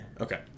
Okay